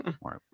Right